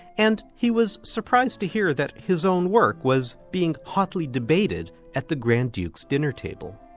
and he was surprised to hear that his own work was being hotly debated at the grand duke's dinner table.